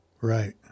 right